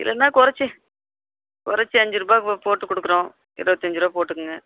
இல்லைன்னா கொறைச்சி கொறைச்சி அஞ்சு ரூபா போட்டு கொடுக்கறோம் இருவத்தஞ்சு ரூவா போட்டுக்கங்க